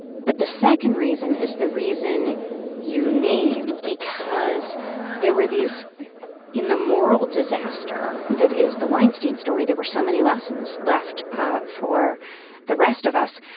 but the second reason is the reason you name because there were these in the moral disaster that is the weinstein story there were so many lessons left ah for the rest of us.